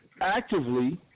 Actively